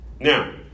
Now